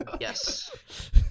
Yes